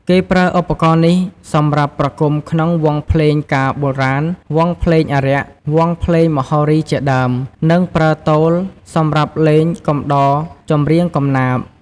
គេប្រើឧបករណ៍នេះសម្រាប់ប្រគំ ក្នុងវង់ភ្លេងការបុរាណ វង់ភ្លេងអារក្ស វង់ភ្លេងមហោរីជាដើម និងប្រើទោលសម្រាប់លេងកំដរចម្រៀងកំណាព្យ។